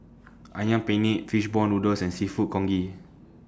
Ayam Penyet Fish Ball Noodles and Seafood Congee